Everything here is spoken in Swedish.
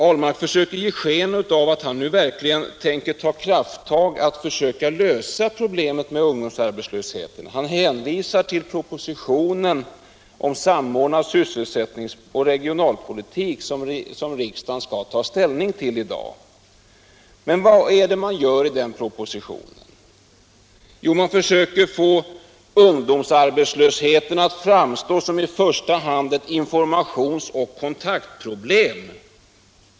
Ahlmark försöker ge sken av att han nu verkligen tar krafttag för att försöka lösa problemen med ungdomsarbetslösheten. Han hänvisar till propositionen om samordnad sysselsättnings och regionalpolitik som riksdagen skall ta ställning till i dag. Men vad är det man gör i den propositionen? Jo, man försöker få ungdomsarbetslösheten att framstå som i första hand ett informations och kontaktproblem!